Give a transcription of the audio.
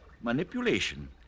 Manipulation